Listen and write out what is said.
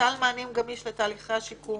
סל מענים גמיש לתהליכי השיקום,